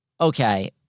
Okay